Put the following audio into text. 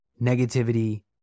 negativity